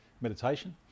meditation